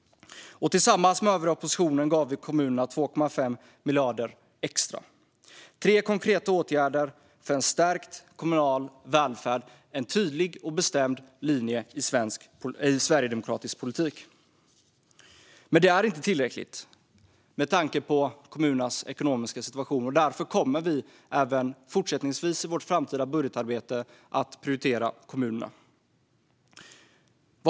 Tillsammans med den övriga oppositionen gav vi kommunerna 2,5 miljarder extra. Det är tre konkreta åtgärder för en stärkt kommunal välfärd och en tydlig och bestämd linje i sverigedemokratisk politik. Men med tanke på kommunernas ekonomiska situation är det inte tillräckligt. Därför kommer vi att fortsätta prioritera dem även i vårt framtida budgetarbete.